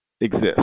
exist